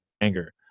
anger